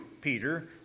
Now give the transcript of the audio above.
Peter